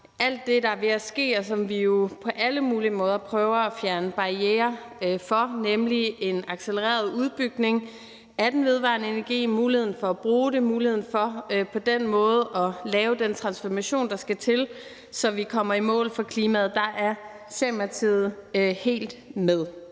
alt det, der er ved at ske, og som vi jo på alle mulige måder prøver at fjerne barrierer for, nemlig en accelereret udbygning af den vedvarende energi, muligheden for at bruge det og muligheden for på den måde at lave den transformation, der skal til, så vi kommer i mål for klimaet. Der er Socialdemokratiet helt med.